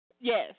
Yes